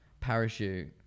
parachute